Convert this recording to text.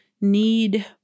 Need